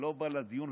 ולא בא לדיון.